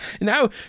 Now